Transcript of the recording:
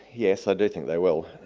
yes, i do think they will.